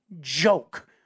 joke